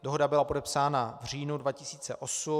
Dohoda byla podepsána v říjnu 2008.